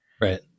Right